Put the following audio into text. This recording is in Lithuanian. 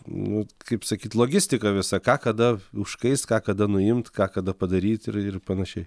nu kaip sakyt logistika visa ką kada užkais ką kada nuimt ką kada padaryt ir ir panašiai